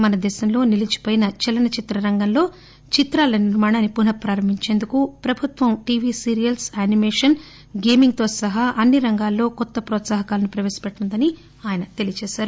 మన దేశంలో నిలిచిపోయిన చలన చిత్ర రంగంలో చిత్రాల నిర్మాణాన్ని పునఃప్రారంభించేందుకు ప్రభుత్వం టీవీ సీరియల్స్ యానిమేషన్ గేమింగ్ తోసహా అన్ని రంగాల్లో కొత్త ప్రోత్సాహకాలను ప్రవేశపెట్టనుందని ఆయన తెలియచేశారు